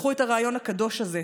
לקחו את הרעיון הקדוש הזה,